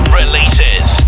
releases